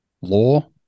law